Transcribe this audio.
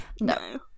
No